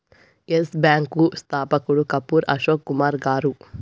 yes bank స్థాపకుడు కపూర్ అశోక్ కుమార్ గారు